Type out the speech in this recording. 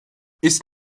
ist